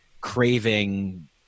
craving